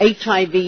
HIV